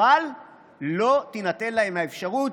אבל לא תינתן להם האפשרות